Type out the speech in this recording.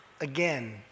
again